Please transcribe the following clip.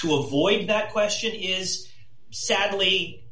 to avoid that question is sadly